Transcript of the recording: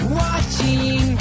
watching